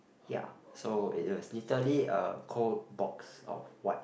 ya so it was literally a cold box of white